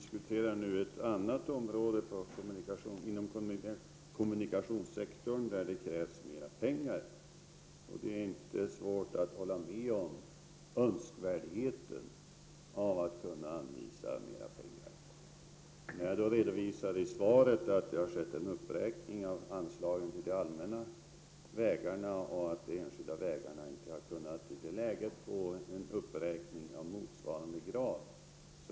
Fru talman! Vi diskuterar nu ett område inom kommunikationssektorn där det krävs mera pengar. Det är inte svårt att hålla med om önskvärdheten av att kunna anvisa mera pengar. Jag har i svaret redovisat att det har skett en uppräkning av anslagen till de allmänna vägarna, och de enskilda vägarna har i det läget inte kunnat få en uppräkning i motsvarande grad.